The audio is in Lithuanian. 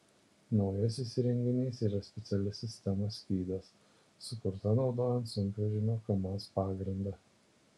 naujasis įrenginys yra speciali sistema skydas sukurta naudojant sunkvežimio kamaz pagrindą